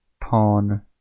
Pawn